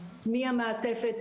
מי המעטפת,